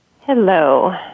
Hello